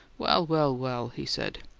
well, well, well! he said.